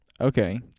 Okay